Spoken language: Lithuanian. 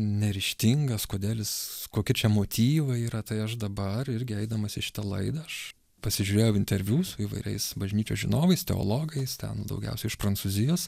neryžtingas kodėl jis kokie čia motyvai yra tai aš dabar irgi eidamas į šitą laidą aš pasižiūrėjau interviu su įvairiais bažnyčios žinovais teologais ten daugiausiai iš prancūzijos